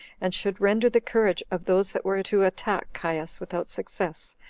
and should render the courage of those that were to attack caius without success,